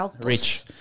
rich